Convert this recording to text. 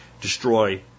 destroy